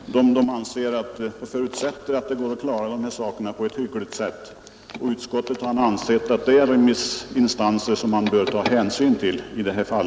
Herr talman! Såväl Kommunförbundet som lantmäteristyrelsen förutsätter att det går att klara dessa frågor på ett hyggligt sätt, och utskottet anser att det är remissinstanser som man bör ta hänsyn till i detta fall.